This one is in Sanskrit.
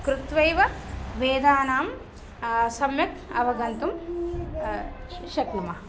कृत्वैव वेदान् सम्यक् अवगन्तुं शक्नुमः